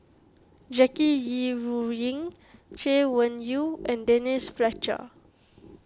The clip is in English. Jackie Yi Ru Ying Chay Weng Yew and Denise Fletcher